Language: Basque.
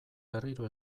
berriro